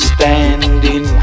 Standing